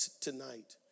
tonight